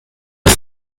aus